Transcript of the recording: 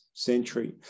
century